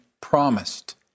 promised